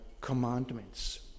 commandments